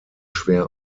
schwer